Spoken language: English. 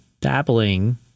dabbling